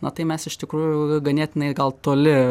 na tai mes iš tikrųjų ganėtinai gal toli